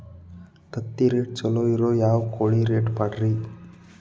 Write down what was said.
ತತ್ತಿರೇಟ್ ಛಲೋ ಇರೋ ಯಾವ್ ಕೋಳಿ ಪಾಡ್ರೇ?